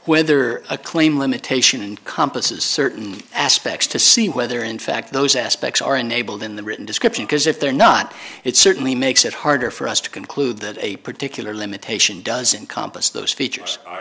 whether a claim limitation compass is certainly aspects to see whether in fact those aspects are enabled in the written description because if they're not it certainly makes it harder for us to conclude that a particular limitation doesn't compas those features are